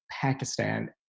Pakistan